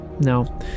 no